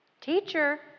Teacher